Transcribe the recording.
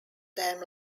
them